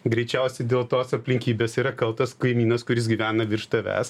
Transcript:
greičiausiai dėl tos aplinkybės yra kaltas kaimynas kuris gyvena virš tavęs